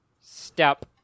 step